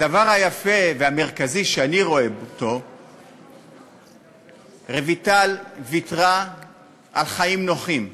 הדבר היפה והמרכזי שאני רואה: רויטל ויתרה על חיים נוחים.